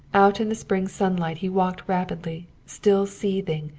out in the spring sunlight he walked rapidly, still seething,